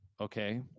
Okay